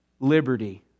Liberty